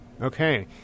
okay